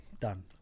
Done